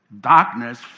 darkness